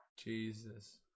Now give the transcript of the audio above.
Jesus